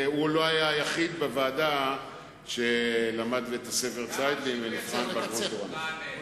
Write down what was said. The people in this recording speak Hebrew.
והוא לא היה היחיד בוועדה שלמד בבית-הספר "צייטלין" ונבחן בגרות תורנית.